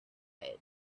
bright